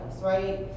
right